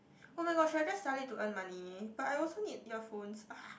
oh my god should I just sell it to earn money but I also need earphones